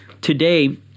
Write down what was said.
today